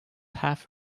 half